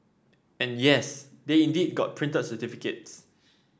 and yes they indeed got printed certificates